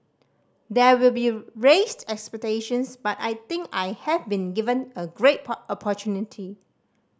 there will be raised expectations but I think I have been given a great opportunity